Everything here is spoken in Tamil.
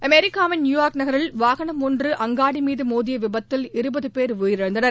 அமெரிக்காவின் நியூயார்க் நகரில் வாகனம் ஒன்று அங்காடி மீது மோதிய விபத்தில் இருபது பேர் உயிரிழந்தனர்